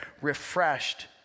refreshed